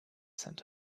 sent